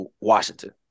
Washington